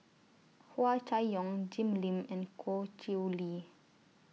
Hua Chai Yong Jim Lim and Goh Chiew Lye